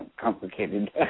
complicated